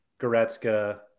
Goretzka